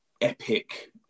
epic